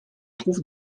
trouve